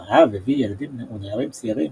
הרעב הביא ילדים ונערים צעירים